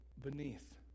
beneath